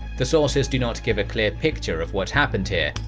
the sources do not give a clear picture of what happened here,